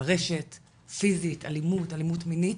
ברשת, פיזית, אלימות, אלימות מינית,